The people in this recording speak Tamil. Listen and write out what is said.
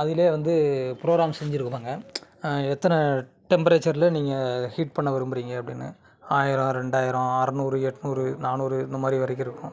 அதிலே வந்து ப்ரோக்ராம் செஞ்சுருப்பாங்க எத்தனை டெம்ப்ரேச்சரில் நீங்கள் ஹீட் பண்ண விரும்புகிறீங்க அப்படின்னு ஆயிரம் ரெண்டாயிரம் அறநூறு எட்நூறு நானூறு இந்தமாதிரி வரைக்கும் இருக்கும்